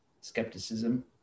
skepticism